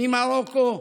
ממרוקו,